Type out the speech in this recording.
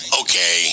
okay